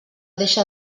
deixa